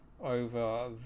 over